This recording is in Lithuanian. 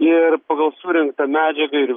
ir pagal surinktą medžiagą ir